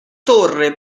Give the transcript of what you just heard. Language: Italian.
torre